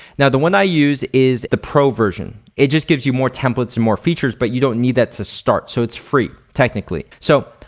now the one i use is a pro version. it just gives you more templates and more features but you don't need that to start. so it's free technically. so,